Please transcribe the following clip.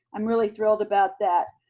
i'm really thrilled about that.